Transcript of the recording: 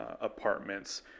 apartments